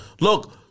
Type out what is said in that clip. Look